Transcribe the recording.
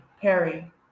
Perry